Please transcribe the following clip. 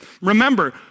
Remember